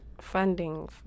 funding